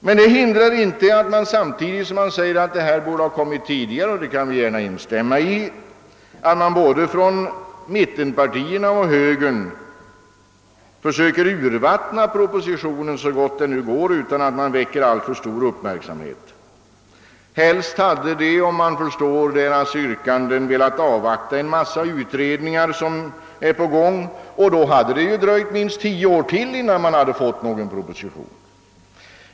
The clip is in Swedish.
Detta hindrar inte att både mittenpartierna och högern, samtidigt som de förklarar att denna proposition borde ha kommit tidigare — vilket vi gärna kan instämma i — försöker urvattna den så gott det går utan att väcka alltför stor uppmärksamhet. Helst hade de, om man förstår deras yrkanden rätt, velat avvakta en massa utredningar som pågår. Då hade det dröjt minst tio år till innan vi fått någon proposition.